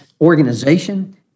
organization